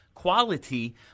quality